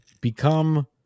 Become